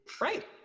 right